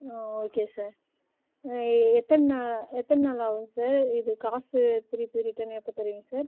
ஆ okay sir எத்தனை நாள் எத்தனை நாள் ஆகும் சார் இதுக்கு காசு திருப்பி ரிட்டன் எப்போ தருவீங்க சார்